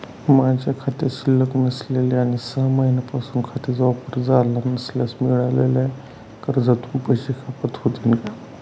माझ्या खात्यात शिल्लक नसेल आणि सहा महिन्यांपासून खात्याचा वापर झाला नसल्यास मिळालेल्या कर्जातून पैसे कपात होतील का?